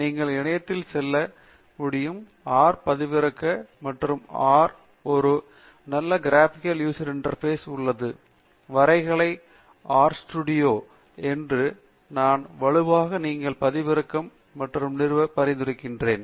நீங்கள் இணையதளத்தில் செல்ல முடியும் ஆர் பதிவிறக்க மற்றும் ஆர் ஒரு நல்ல கிராபிகல் யூசர் இன்டெர்பாஸ் உள்ளது வரைகலை ஆர் ஸ்டூடியோ என்று நான் வலுவாக நீங்கள் பதிவிறக்க மற்றும் நிறுவ பரிந்துரைக்கிறோம்